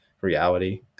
reality